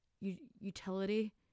utility